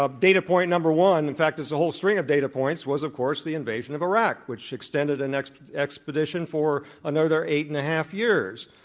ah data point number one in fact, there's a whole string of data points was, of course, the invasion of iraq, which extended an expedition for another eight and a half years.